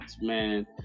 Man